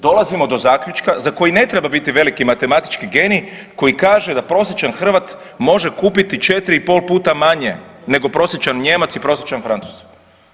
Dolazimo do zaključka za koji ne treba biti veliki matematički genij koji kaže da prosječan Hrvat može kupiti 4 i pol puta manje nego prosječan Nijemac i prosječan Francuz.